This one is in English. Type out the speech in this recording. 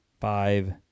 five